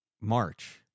March